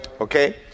Okay